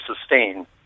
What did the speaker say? sustain